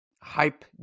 hype